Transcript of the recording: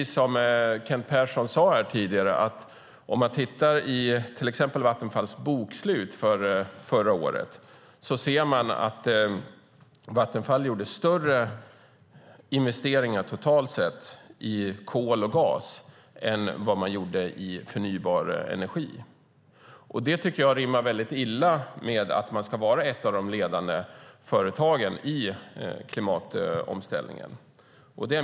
Som Kent Persson sade här tidigare ser man i Vattenfalls bokslut för förra året att Vattenfall gjorde större investeringar totalt sett i kol och gas än i förnybar energi. Det tycker jag rimmar väldigt illa med att man ska vara ett av de ledande företagen i klimatomställningen.